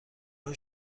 های